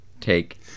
take